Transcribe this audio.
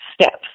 steps